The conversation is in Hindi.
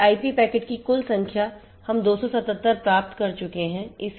इसलिए आईपी पैकेट की कुल संख्या हम 277 प्राप्त कर चुके हैं